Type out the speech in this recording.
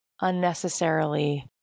unnecessarily